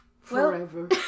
Forever